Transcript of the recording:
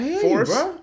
force